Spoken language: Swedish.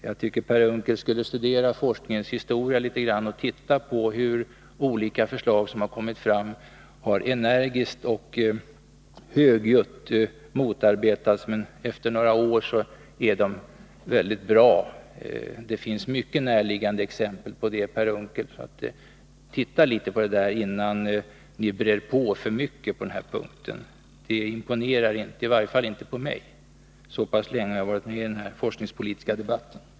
Jag tycker att Per Unckel borde studera forskningens historia litet grand och titta på hur olika förslag, som energiskt och högljutt motarbetas, efter några år är väldigt bra. Det finns mycket näraliggande exempel på det, Per Unckel. Titta som sagt litet grand på detta, innan ni brer på för mycket på den här punkten. Det imponerar i varje fall inte på mig — så pass länge har jag varit med i den forskningspolitiska debatten.